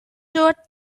door